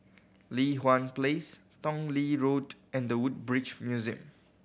Li Hwan Place Tong Lee Road and The Woodbridge Museum